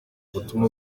ubutumwa